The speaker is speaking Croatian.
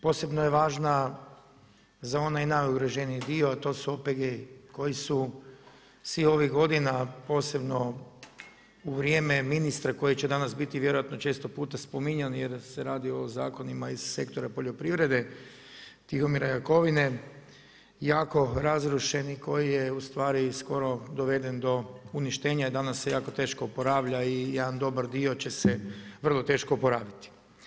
Posebno je važna za onaj i najugroženiji dio, a to su OPG-i koji su svih ovih godina posebno u vrijeme ministra koji će danas biti vjerojatno često puta spominjan jer se radi o zakonima iz sektora poljoprivrede Tihomira Jakovine, jako razrušeni koji je ustvari skoro doveden do uništenje, jer danas se jako teško oporavlja i jedan dobar dio će se vrlo teško oporaviti.